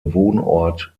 wohnort